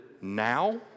now